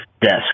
desk